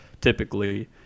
typically